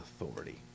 authority